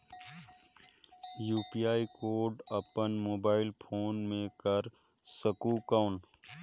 UPI code अपन mobile phone मे कर सकहुं कौन?